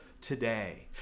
today